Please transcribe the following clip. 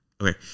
Okay